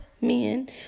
men